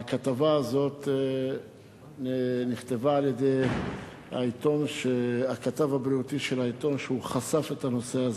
הכתבה הזאת נכתבה על-ידי כתב הבריאות של העיתון שחשף את הנושא.